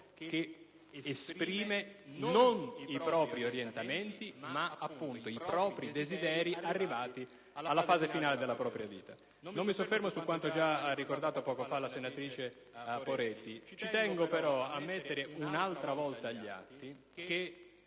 che esprime, non i propri orientamenti, ma appunto i propri desideri arrivati alla fase finale della propria vita. Non mi soffermo su quanto già ha ricordato poco fa la senatrice Poretti. Ci tengo però a mettere un'altra volta agli atti che